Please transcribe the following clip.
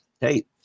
hey